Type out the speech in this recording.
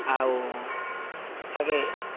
ଆଉ ତାକେ